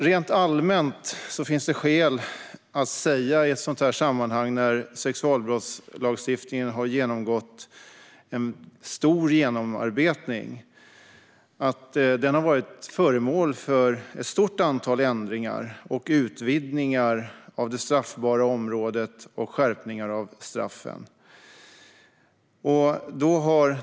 Rent allmänt finns det i ett sådant här sammanhang skäl att säga när sexualbrottslagstiftningen har genomgått en stor genomarbetning att den har varit föremål för ett stort antal ändringar, utvidgningar av det straffbara området och skärpningar av straffen.